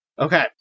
Okay